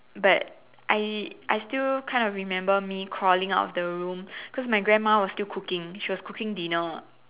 but I I still kind of remember me crawling out of the room coz my grandma she was still cooking she was cooking dinner